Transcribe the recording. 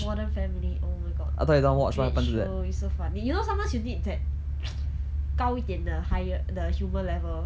modern family oh my god great show it's so funny you know sometimes you need that 高一点的 the higher the humour level